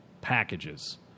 packages